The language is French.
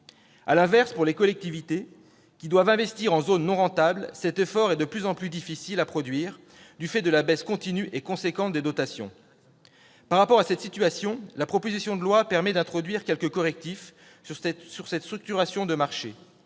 À l'inverse, pour les collectivités qui doivent investir en zone non rentable, cet effort est de plus en plus difficile à produire du fait de la baisse continue et importante des dotations. Par rapport à cette situation, la proposition de loi permet d'introduire quelques correctifs sur cette structuration de marché,